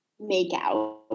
makeout